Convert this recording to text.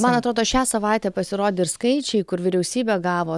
man atrodo šią savaitę pasirodė ir skaičiai kur vyriausybė gavo